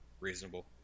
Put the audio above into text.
reasonable